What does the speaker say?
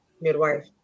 midwife